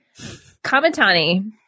Kamatani